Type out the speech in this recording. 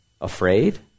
Afraid